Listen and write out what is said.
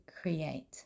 create